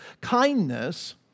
Kindness